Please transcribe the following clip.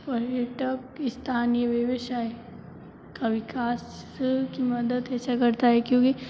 पर्यटक स्थानीय व्यवसाय का विकास की मदद ऐसा करता है क्योंकि